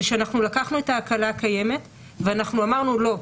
זה שאנחנו לקחנו את ההקלה הקיימת ואנחנו אמרנו לא,